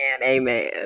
Amen